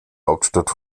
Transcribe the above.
hauptstadt